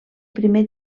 primer